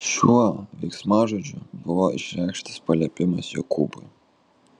šiuo veiksmažodžiu buvo išreikštas paliepimas jokūbui